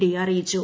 D അറിയിച്ചു